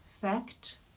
fact